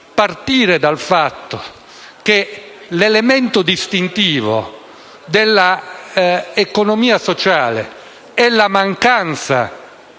partire dal fatto che l'elemento distintivo della economia sociale è la mancanza